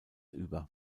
über